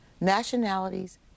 nationalities